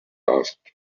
asked